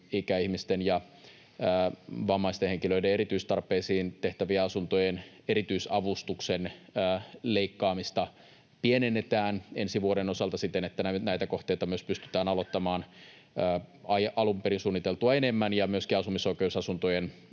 ikäihmisten ja vammaisten henkilöiden erityistarpeisiin tehtävien asuntojen erityisavustuksen leikkaamista pienennetään ensi vuoden osalta siten, että näitä kohteita myös pystytään aloittamaan alun perin suunniteltua enemmän, ja myöskin asumisoikeusasuntojen